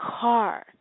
car